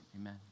amen